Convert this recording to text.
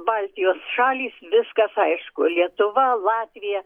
baltijos šalys viskas aišku lietuva latvija